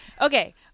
Okay